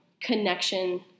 connection